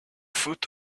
foot